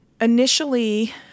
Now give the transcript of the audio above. initially